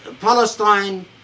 Palestine